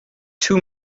two